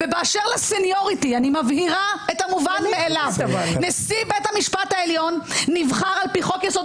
באשר לסניוריטי - נשיא בית משפט העליון נבחר על פי חוק-יסוד: